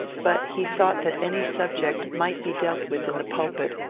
but he thought that any subject might be dealt with in the pulpit,